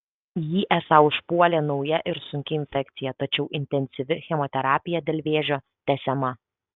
jį esą užpuolė nauja ir sunki infekcija tačiau intensyvi chemoterapija dėl vėžio tęsiama